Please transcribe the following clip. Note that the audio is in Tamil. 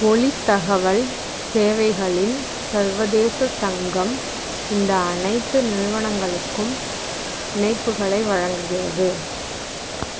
ஒலி தகவல் சேவைகளின் சர்வதேச சங்கம் இந்த அனைத்து நிறுவனங்களுக்கும் இணைப்புகளை வழங்குகிறது